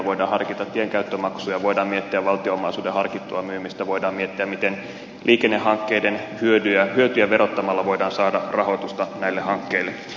voidaan harkita tienkäyttömaksuja voidaan miettiä valtion omaisuuden harkittua myymistä voidaan miettiä miten liikennehankkeiden hyötyjä verottamalla voidaan saada rahoitusta näille hankkeille